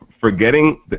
forgetting